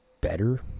better